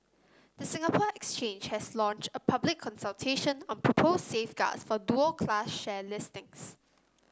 the Singapore Exchange has launched a public consultation on proposed safeguards for dual class share listings